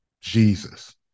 Jesus